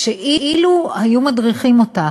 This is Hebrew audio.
שאם היו מדריכים אותה